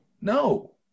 No